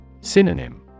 synonym